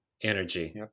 energy